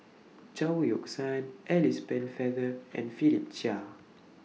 Chao Yoke San Alice Pennefather and Philip Chia